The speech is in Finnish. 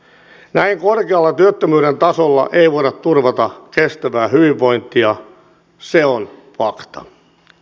näin korkealla työttömyyden tasolla ei voida turvata kestävää hyvinvointia se on fakta